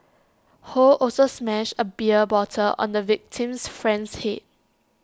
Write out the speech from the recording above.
ho also smashed A beer bottle on the victim's friend's Head